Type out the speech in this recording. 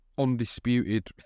Undisputed